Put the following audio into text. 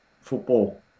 football